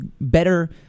better